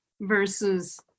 versus